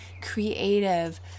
creative